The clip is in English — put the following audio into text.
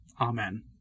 Amen